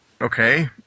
Okay